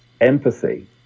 empathy